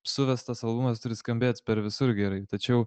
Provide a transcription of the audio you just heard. suvestas albumas turi skambėt per visur gerai tačiau